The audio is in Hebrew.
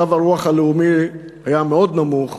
מצב הרוח הלאומי היה מאוד נמוך